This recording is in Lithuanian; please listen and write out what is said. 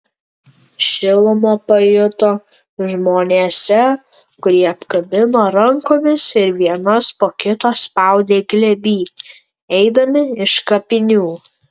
šilumą pajuto žmonėse kurie apkabino rankomis ir vienas po kito spaudė glėby eidami iš kapinių